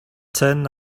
tin